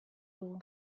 dugu